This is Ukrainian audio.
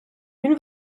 він